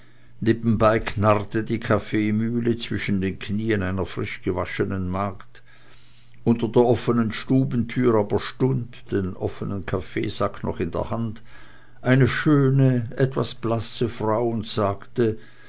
nebenbei knarrte die kaffeemühle zwischen den knien einer frischgewaschenen magd unter der offenen stubentüre aber stund den offenen kaffeesack noch in der hand eine schöne etwas blasse frau und sagte